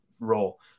role